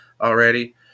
already